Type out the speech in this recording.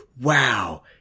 wow